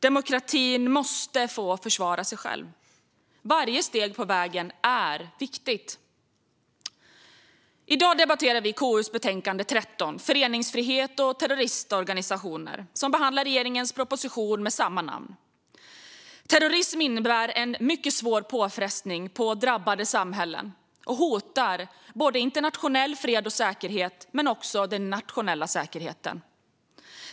Demokratin måste få försvara sig själv, och varje steg på vägen är viktigt. I dag debatterar vi KU:s betänkande 13, Föreningsfrihet och terroristorganisationer , som behandlar regeringens proposition med samma namn. Terrorism innebär en mycket svår påfrestning för drabbade samhällen och hotar såväl internationell fred och säkerhet som nationell säkerhet.